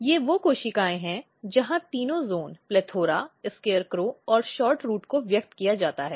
ये वे कोशिकाएँ हैं जहाँ तीनों जीनों PLETHORA SCARECROW और SHORTROOT को व्यक्त किया जाता है